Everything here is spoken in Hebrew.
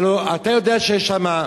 הלוא אתה יודע שיש שם,